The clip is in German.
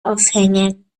aufhängen